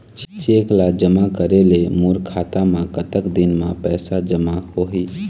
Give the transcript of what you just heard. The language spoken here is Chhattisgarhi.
चेक ला जमा करे ले मोर खाता मा कतक दिन मा पैसा जमा होही?